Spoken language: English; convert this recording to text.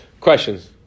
questions